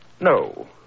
No